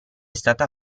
stata